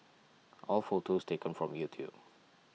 all photos taken from YouTube